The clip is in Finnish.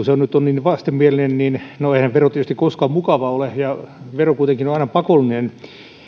se nyt on niin vastenmielinen no eihän vero tietysti koskaan mukava ole ja vero kuitenkin on aina pakollinen